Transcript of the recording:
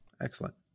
Excellent